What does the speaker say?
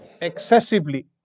excessively